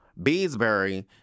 Beesbury